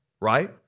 right